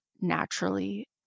naturally